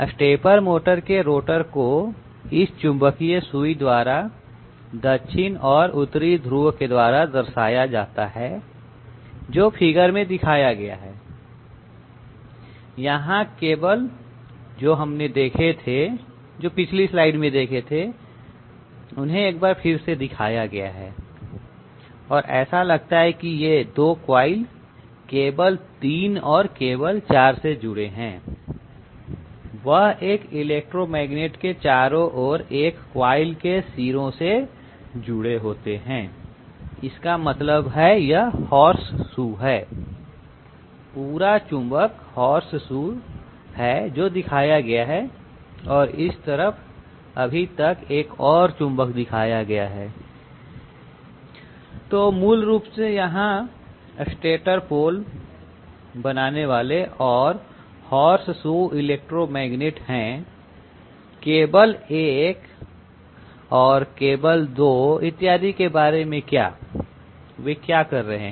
stepper motor के rotor को इस चुंबकीय सुई द्वारा दक्षिण और उत्तरी ध्रुव के द्वारा दर्शाया जाता है जो फिगर में दिखाया गया है यहां केबल जो हमने देखे थे जो हमने पिछली स्लाइड में देखे थे उन्हें एक बार फिर से यहां दिखाया गया है और ऐसा लगता है कि वे 2 कॉइल केबल 3 और केबल 4 से जुड़े हैं वह एक इलेक्ट्रोमैग्नेट के चारों ओर एक क्वाइल के सिरों से जुड़े होते हैं इसका मतलब यह हॉर्स शू है पूरा चुंबक हॉर्स शू है जो दिखाया गया है और इस तरफ अभी तक एक और चुंबक दिखाया गया है तो मूल रूप से यहां स्टेटर पोल बनाने वाले और हॉर्स शू इलेक्ट्रोमैग्नेट हैं केबल 1 केबल 2 इत्यादि के बारे में क्या वे क्या कर रहे हैं